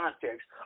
context